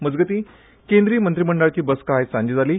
मजगतीं केंद्रीय मंत्रीमंडळाची बसका आज सांजे जाली